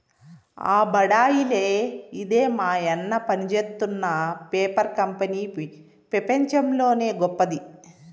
ఆ బడాయిలే ఇదే మాయన్న పనిజేత్తున్న పేపర్ కంపెనీ పెపంచంలోనే గొప్పది